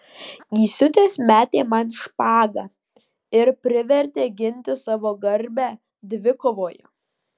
įsiutęs metė man špagą ir privertė ginti savo garbę dvikovoje